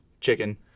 Chicken